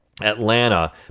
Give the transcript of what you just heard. Atlanta